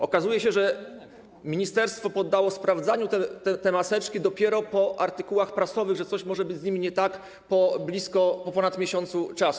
Okazuje się, że ministerstwo poddało sprawdzaniu te maseczki dopiero po artykułach prasowych, że coś może być z nimi nie tak, po ponad miesiącu czasu.